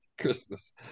Christmas